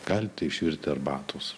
galite išvirti arbatos